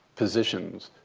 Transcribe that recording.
positions.